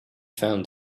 found